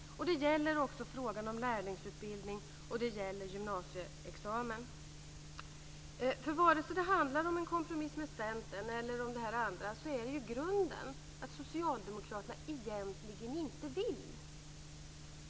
Det gäller också frågan om lärlingsutbildning och det gäller gymnasieexamen. För vare sig det handlar om en kompromiss med Centern eller om det här andra är ju grunden att socialdemokraterna egentligen inte vill.